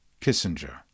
Kissinger